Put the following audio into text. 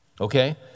Okay